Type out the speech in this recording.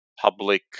public